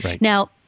Now